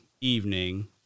evening